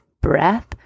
breath